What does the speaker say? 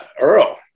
Earl